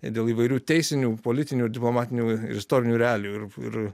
ir dėl įvairių teisinių politinių diplomatinių istorinių realijų ir ir